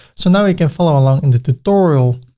so now we can follow along in the tutorial.